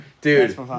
Dude